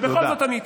ובכל זאת אני אתמוך.